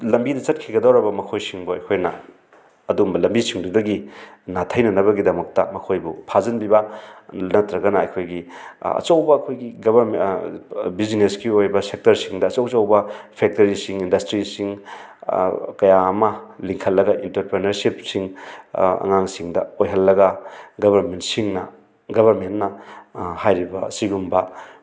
ꯂꯝꯕꯤꯗ ꯆꯠꯈꯤꯒꯗꯧꯔꯕ ꯃꯈꯣꯏꯁꯤꯡꯕꯨ ꯑꯩꯈꯣꯏꯅ ꯑꯗꯨꯝꯕ ꯂꯝꯕꯤ ꯁꯤꯡꯗꯨꯗꯒꯤ ꯅꯥꯊꯩꯅꯅꯕꯒꯤꯗꯃꯛꯇ ꯃꯈꯣꯏꯕꯨ ꯐꯥꯖꯟꯕꯤꯕ ꯅꯠꯇ꯭ꯔꯒꯅ ꯑꯩꯈꯣꯏꯒꯤ ꯑꯆꯧꯕ ꯑꯩꯈꯣꯏꯒꯤ ꯒꯕꯔꯃꯦꯟ ꯕ꯭ꯌꯨꯖꯤꯅꯦꯁꯀꯤ ꯑꯣꯏꯕ ꯁꯦꯛꯇꯔꯁꯤꯡꯗ ꯑꯆꯧ ꯑꯆꯧꯕ ꯐꯦꯛꯇꯔꯤꯁꯤꯡ ꯏꯟꯗꯁꯇ꯭ꯔꯤꯁꯤꯡ ꯀꯌꯥ ꯑꯃ ꯂꯤꯡꯈꯠꯂꯒ ꯏꯟꯇꯔꯄ꯭ꯔꯤꯅꯔꯁꯤꯞꯁꯤꯡ ꯑꯉꯥꯡꯁꯤꯡꯗ ꯑꯣꯏꯍꯜꯂꯒ ꯒꯕꯔꯃꯦꯟꯁꯤꯡꯅ ꯒꯕꯔꯃꯦꯟꯅ ꯍꯥꯏꯔꯤꯕ ꯑꯁꯤꯒꯨꯝꯕ